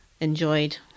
enjoyed